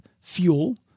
fuel